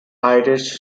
irish